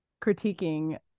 critiquing